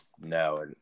No